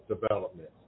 development